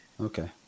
okay